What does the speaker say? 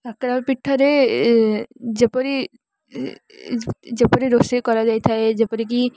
କାକରା ପିଠାରେ ଯେପରି ଯେପରି ରୋଷେଇ କରାଯାଇଥାଏ ଯେପରିକି